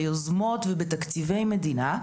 ביוזמות ובתקציבי מדינה.